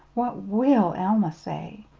what will alma say?